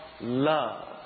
love